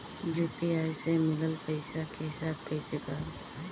UPI से मिलल पईसा के हिसाब कइसे करब?